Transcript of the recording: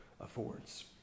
affords